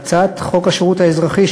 בהצעת חוק השירות האזרחי,